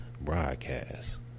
broadcast